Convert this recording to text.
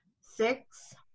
six